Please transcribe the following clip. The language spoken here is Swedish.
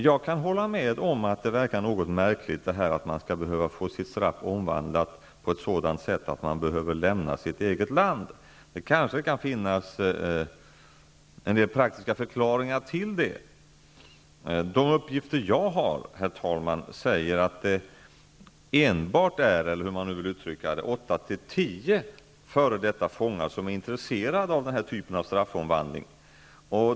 Jag kan hålla med om att det kan tyckas något märkligt att människor skall behöva få sitt straff omvandlat på ett sådant sätt att de behöver lämna sitt eget land. Det kanske kan finnas en del praktiska förklaringar till detta. De uppgifter jag har säger att det enbart är -- eller hur man nu vill uttrycka det -- 8--10 f.d. fångar som är intresserade av denna typ av straffomvandling.